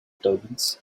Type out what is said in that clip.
turbans